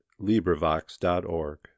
librivox.org